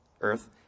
earth